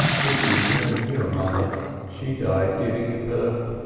dicky never knew a mother she died giving him birth.